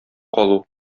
калу